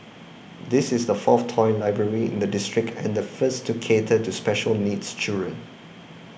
this is the fourth toy library in the district and the first to cater to special needs children